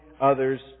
others